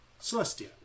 Celestia